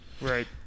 Right